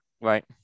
Right